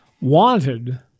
wanted